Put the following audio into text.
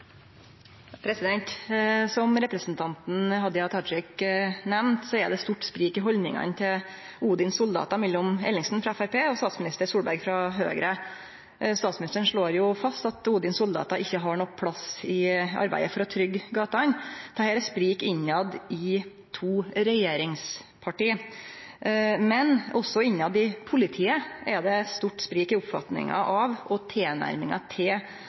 er det eit stort sprik i haldningane til Odins soldater mellom representanten Ellingsen frå Framstegspartiet og statsminister Solberg frå Høgre. Statsministeren slår jo fast at Odins soldater ikkje har nokon plass i arbeidet for å tryggje gatene, så her er det sprik mellom to regjeringsparti. Men også innanfor politiet er det eit stort sprik i oppfatninga av og tilnærminga til